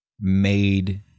made